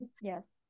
Yes